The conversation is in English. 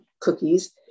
cookies